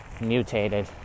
mutated